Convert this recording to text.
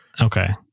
Okay